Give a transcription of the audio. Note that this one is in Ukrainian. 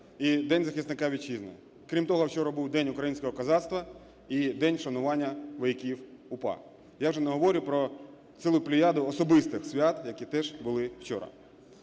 і День захисника Вітчизни. Крім того, вчора був День українського козацтва і День вшанування вояків УПА. Я вже не говорю про цілу плеяду особистих свят, які теж були вчора.